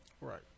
right